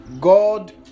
God